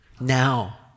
Now